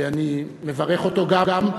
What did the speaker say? ואני מברך אותו גם,